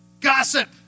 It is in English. Gossip